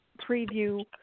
preview